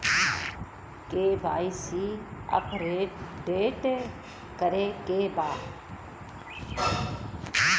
KYC update करे के बा?